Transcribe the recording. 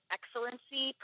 Excellency